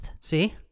See